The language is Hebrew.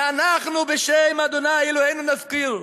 ואנחנו בשם ה' אלהינו נזכיר.